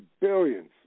billions